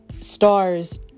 stars